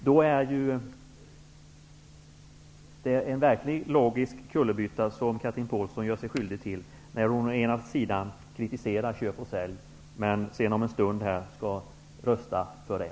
Det är verkligen en logisk kullerbytta som Chatrine Pålsson gör sig skyldig till när hon å ena sidan kritiserar köp och sälj, å andra sidan om en stund skall rösta för det.